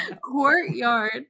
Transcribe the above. Courtyard